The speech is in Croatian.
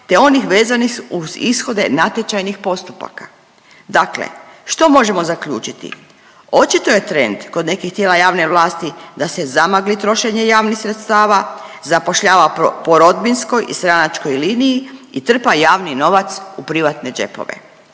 te onih vezanih uz ishode natječajnih postupaka. Dakle, što možemo zaključiti. Očito je trend kod nekih tijela javne vlasti da se zamagli trošenje javnih sredstava, zapošljava po rodbinskoj i stranačkoj liniji i trpa javni novac u privatne džepove.